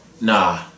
Nah